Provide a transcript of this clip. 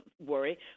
worry